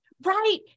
right